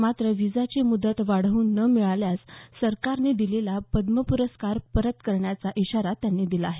मात्र व्हिसाची मुदत वाढवून न मिळाल्यास सरकारने दिलेला पद्म पुरस्कार परत करण्याचा इशारा त्यांनी दिला आहे